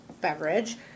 beverage